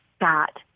got